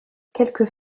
quelques